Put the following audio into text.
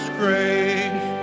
grace